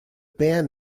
band